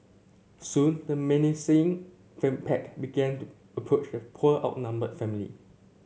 soon the menacing fame pack began to approach the poor outnumbered family